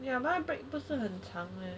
ya but 不是很长 leh